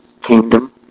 kingdom